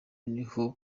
niho